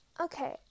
Okay